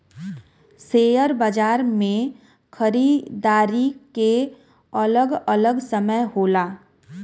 share बाजार मे खरीदारी के अलग अलग समय होला